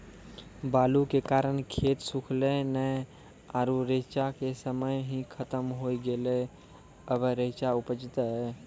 बालू के कारण खेत सुखले नेय आरु रेचा के समय ही खत्म होय गेलै, अबे रेचा उपजते?